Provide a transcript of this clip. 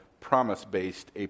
promise-based